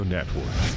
Network